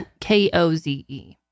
K-O-Z-E